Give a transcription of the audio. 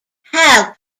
how